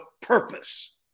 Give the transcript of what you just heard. purpose